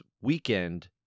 weekend